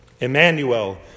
Emmanuel